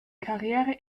karriere